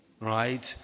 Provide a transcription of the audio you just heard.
right